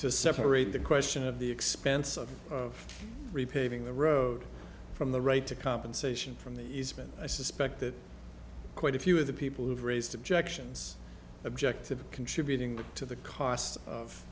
to separate the question of the expense of repaving the road from the right to compensation from the easement i suspect that quite a few of the people have raised objections objective of contributing to the cost of